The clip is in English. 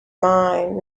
mine